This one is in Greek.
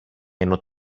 ενώ